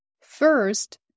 first